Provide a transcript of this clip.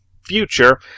future